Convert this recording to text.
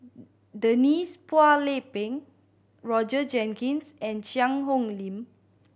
Denise Phua Lay Peng Roger Jenkins and Cheang Hong Lim